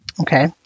Okay